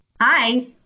Hi